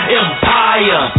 empire